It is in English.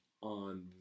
on